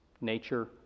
Nature